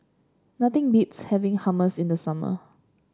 nothing beats having Hummus in the summer